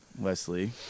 Leslie